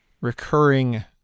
recurring